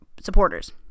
Supporters